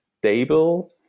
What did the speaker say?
stable